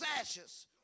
ashes